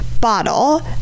Bottle